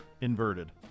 inverted